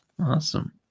Awesome